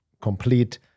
complete